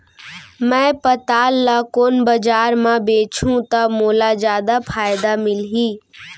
मैं पताल ल कोन बजार म बेचहुँ त मोला जादा फायदा मिलही?